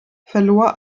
verlor